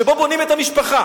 שבו בונים את המשפחה,